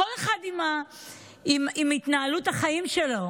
כל אחד עם התנהלות החיים שלו.